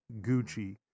Gucci